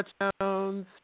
touchdowns